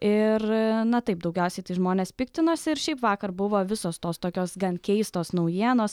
ir na taip daugiausiai tai žmonės piktinosi ir šiaip vakar buvo visos tos tokios gan keistos naujienos